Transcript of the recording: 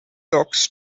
talks